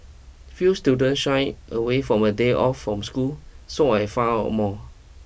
few students shy away from a day off from school so I found out more